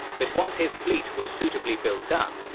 but once his fleet was suitably built up,